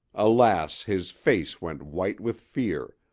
alas! his face went white with fear,